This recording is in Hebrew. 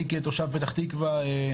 אני כתושב פתח תקוה,